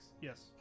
Yes